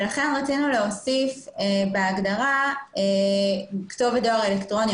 לכן רצינו להוסיף בהגדרה כתובת דואר אלקטרוני,